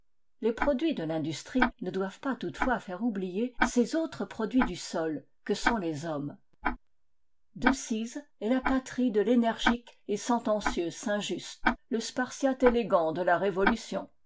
les produits de l'industrie ne doivent pas toutefois faire oublier ces autres produits du sol que sont les hommes decize est la patrie de l'énergique et sentencieux saint-just le spartiate élégant de la révolution